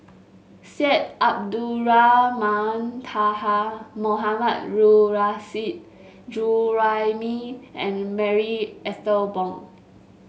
Syed Abdulrahman Taha Mohammad Nurrasyid Juraimi and Marie Ethel Bong